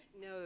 No